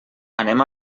anem